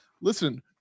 Listen